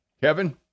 Kevin